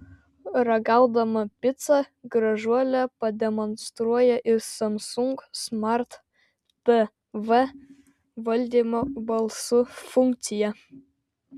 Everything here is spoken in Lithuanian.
ragaudama picą gražuolė pademonstruoja ir samsung smart tv valdymo balsu funkciją